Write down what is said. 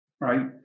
right